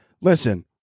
Listen